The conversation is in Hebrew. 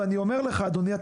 ואני אומר לך אדוני,